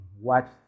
watch